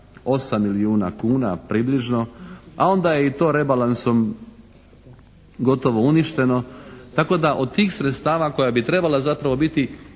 8 milijuna kuna približno. A onda je i to rebalansom gotovo uništeno tako da od tih sredstava koja bi trebala zapravo biti